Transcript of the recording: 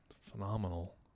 phenomenal